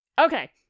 Okay